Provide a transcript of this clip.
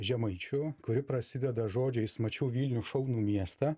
žemaičių kuri prasideda žodžiais mačiau vilnių šaunų miestą